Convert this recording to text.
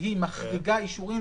שהיא מחריגה אישורים.